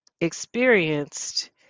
experienced